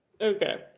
Okay